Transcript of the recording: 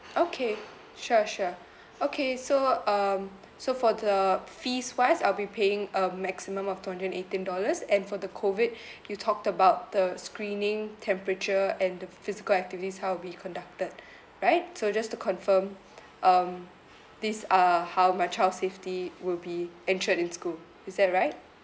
okay sure sure okay so um so for the fees wise I'll be paying a maximum of two hundred and eighteen dollars and for the COVID you talked about the screening temperature and the physical activities how it'll be conducted right so just to confirm um these are how my child safety will be ensured in school is that right